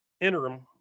interim